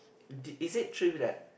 did is it true that